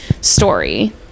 story